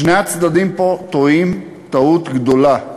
שני הצדדים פה טועים טעות גדולה.